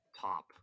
top